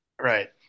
Right